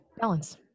Balance